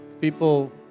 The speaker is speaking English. People